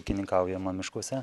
ūkininkaujama miškuose